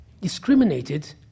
discriminated